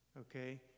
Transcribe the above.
okay